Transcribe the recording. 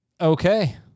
Okay